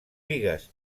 bigues